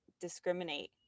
discriminate